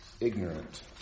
ignorant